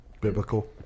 biblical